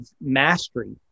mastery